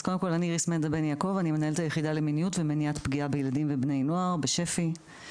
אני מנהלת את היחידה למיניות ולמניעת פגיעה בילדים ולבני נוער בשפ"י.